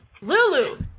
Lulu